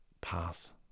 path